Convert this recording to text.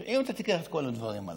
עכשיו, אם אתה תיקח את כל הדברים הללו,